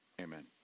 Amen